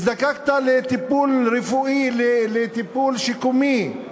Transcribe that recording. הזדקקת לטיפול רפואי, לטיפול שיקומי,